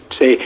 say